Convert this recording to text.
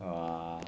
!wah!